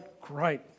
great